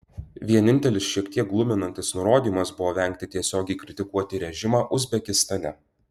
vienintelis šiek tiek gluminantis nurodymas buvo vengti tiesiogiai kritikuoti režimą uzbekistane